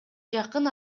жакын